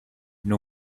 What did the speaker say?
new